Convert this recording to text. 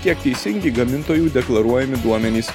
kiek teisingi gamintojų deklaruojami duomenys